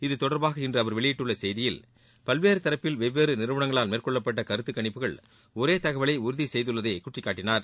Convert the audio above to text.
இது தொடர்பாக இன்று அவர் வெளியிட்டுள்ள செய்தியில் பல்வேறு தரப்பில் வெவ்வேறு நிறுவனங்களால் மேற்கொள்ளப்பட்ட கருத்துக்கணிப்புகள் ஒரே தகவலை உறுதி செய்துள்ளதை சுட்டிக்காட்டியுள்ளார்